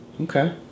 Okay